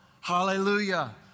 Hallelujah